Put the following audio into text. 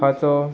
हांचो